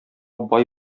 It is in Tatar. бай